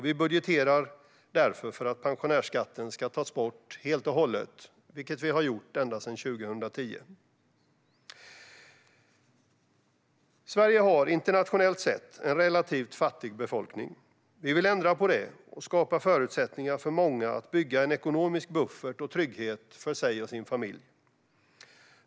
Vi budgeterar därför för att pensionärsskatten ska tas bort helt och hållet, vilket vi har gjort ända sedan 2010. Sverige har, internationellt sett, en relativt fattig befolkning. Vi vill ändra på det och skapa förutsättningar för många att bygga en egen ekonomisk buffert och trygghet för sig och sin familj.